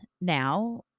now